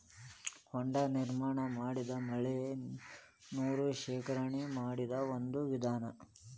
ಹೊಂಡಾ ನಿರ್ಮಾಣಾ ಮಾಡುದು ಮಳಿ ನೇರ ಶೇಖರಣೆ ಮಾಡು ಒಂದ ವಿಧಾನಾ